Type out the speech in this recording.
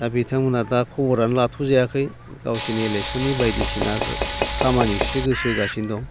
दा बिथांमोनहा दा खबरानो लाथ' जायाखै गावसिनि एलेकशननि बायदिसिना खामानिखौसो गोसो होगासिनो दं